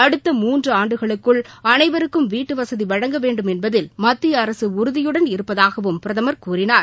அடுத்த மூன்று ஆண்டுகளுக்குள் அனைவருக்கும் வீட்டுவசதி வழங்க வேண்டுமென்பதில் மத்திய அரசு உறுதியுடன் இருப்பதாகவும் பிரதமர் கூறினார்